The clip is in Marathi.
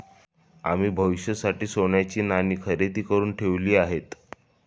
आम्ही भविष्यासाठी सोन्याची नाणी खरेदी करुन ठेवली आहेत